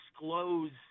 disclose